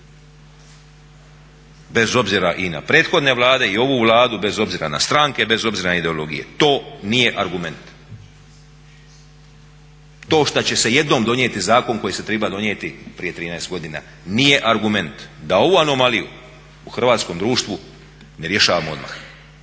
Bez obzira i na prethodne Vlade i ovu Vladu, bez obzira na stranke, bez obzira na ideologije. To nije argumente. To što će se jednom donijeti zakon koji se trebao donijeti prije 13 godina nije argument da ovu anomaliju u hrvatskom društvu ne rješavamo odmah.